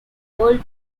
world